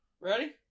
Ready